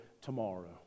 tomorrow